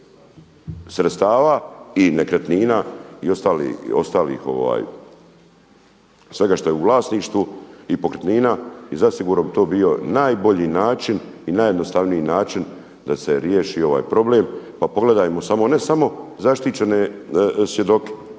sredstava i nekretnina i ostalih svega što je u vlasništvu i pokretnina i zasigurno bi to bio najbolji način i najjednostavniji način da se riješi ovaj problem. Pa pogledajmo ne samo zaštićene svjedoke.